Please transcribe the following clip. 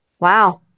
Wow